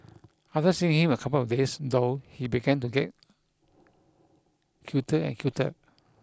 after seeing him a couple of days though he began to get cuter and cuter